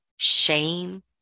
shame